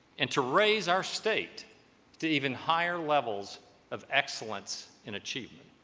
and to raise our state to even higher levels of excellence in achievement